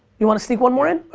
you want to sneak one more in?